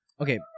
Okay